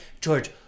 George